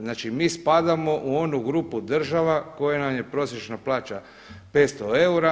Znači mi spadamo u onu grupu država kojima je prosječna plaća 500 eura.